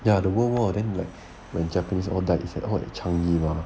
ya the world war then like when japanese all died is at hall at changi mah